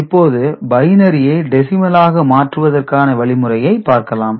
இப்போது பைனரியை டெசிமலாக மாற்றுவதற்கான வழிமுறையை பார்க்கலாம்